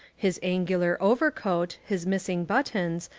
his angular overcoat, his missing buttons,